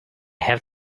have